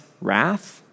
wrath